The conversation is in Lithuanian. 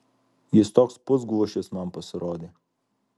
jis toks pusglušis man pasirodė